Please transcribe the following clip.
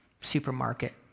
supermarket